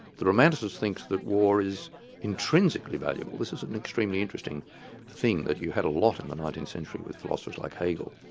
the romanticist thinks that war is intrinsically valuable, this is an extremely interesting thing that you had a lot in the nineteenth century with philosophers like hegel.